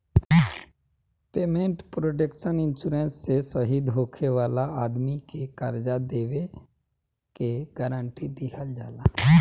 payment protection insurance से शहीद होखे वाला आदमी के कर्जा देबे के गारंटी दीहल जाला